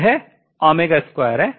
यह है